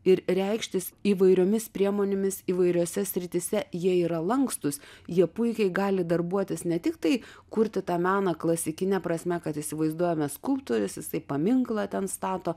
ir reikštis įvairiomis priemonėmis įvairiose srityse jie yra lankstūs jie puikiai gali darbuotis ne tik tai kurti tą meną klasikine prasme kad įsivaizduojame skulptorius jisai paminklą ten stato